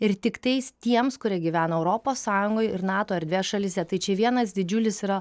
ir tiktais tiems kurie gyvena europos sąjungoj ir nato erdvės šalyse tai čia vienas didžiulis yra